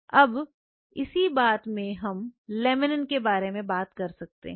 अब इसी बात में हम लैमिनिन के बारे में बात कर सकते हैं